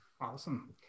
awesome